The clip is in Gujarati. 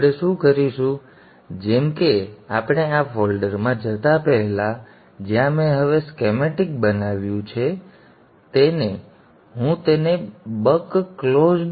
આપણે શું કરીશું જેમ કે આપણે આ ફોલ્ડર માં જતા પહેલા જ્યાં મેં હવે શ્કેમેટિક બનાવ્યું છે અને હું તેને બક ક્લોઝ્ડ